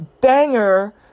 banger